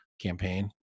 campaign